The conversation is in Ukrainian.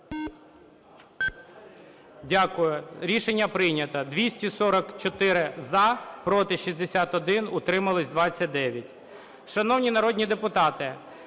Дякую. Рішення прийнято. 244 – за, проти – 61, утримались – 29. Шановні народні депутати,